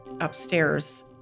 upstairs